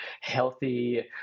healthy